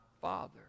father